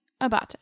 Abate